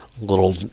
little